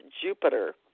Jupiter